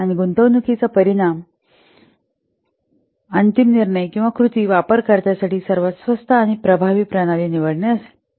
आणि गुंतवणूकीची परिमाण अंतिम निर्णय किंवा कृती वापरकर्त्यासाठी सर्वात स्वस्त आणि प्रभावी प्रणाली निवडणे असेल